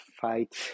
fight